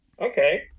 Okay